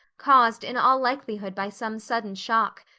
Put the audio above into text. caused in all likelihood by some sudden shock.